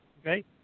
Okay